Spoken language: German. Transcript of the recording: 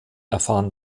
erfahren